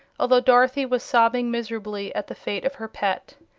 although dorothy was sobbing miserably at the fate of her pet.